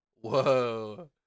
Whoa